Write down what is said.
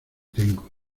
tengo